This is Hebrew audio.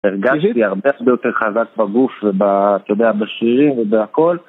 הרגשתי הרבה יותר חזק בגוף ואתה יודע בשרירים ובהכל